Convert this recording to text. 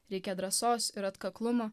reikia drąsos ir atkaklumo